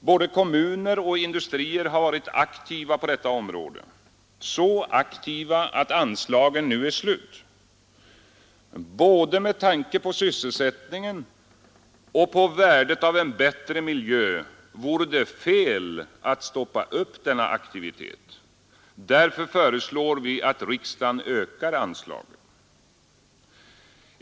Både kommuner och industrier har varit aktiva på detta område, så aktiva att anslagen nu är slut. Både med tanke på sysselsättningen och på värdet av en bättre miljö vore det fel att stoppa upp denna aktivitet. Därför föreslår vi att riksdagen ökar anslagen.